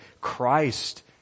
Christ